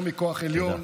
לא מכוח עליון